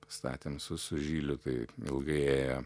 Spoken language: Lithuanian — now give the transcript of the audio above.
pastatėm su su žiliu tai ilgai ėjo